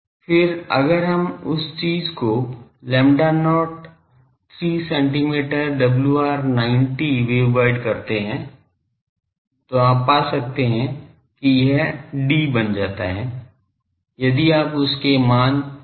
फिर अगर हम उस चीज़ को lambda not 3 centimeter WR90 waveguide करते हैं तो आप पा सकते हैं कि यह D बन जाता है यदि आप उसके मान 35 रखते हैं